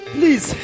Please